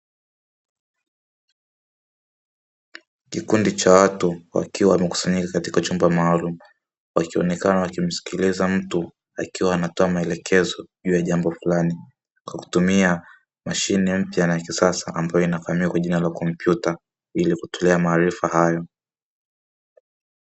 Kikundi cha watu wakiwa wamekusanyika katika chumba maalumu wakionekana wakimsikiliza mtu akiwa anatoa maelekezo juu ya jambo fulani kwa kutumia mashine mpya na ya kisasa ambayo inayofaamika kwa jina la kompyuta ili kutolea maarifa hayo.